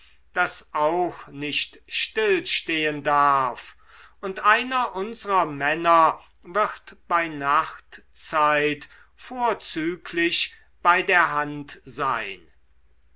das auch nicht stillstehen darf und einer unsrer männer wird bei nachtzeit vorzüglich bei der hand sein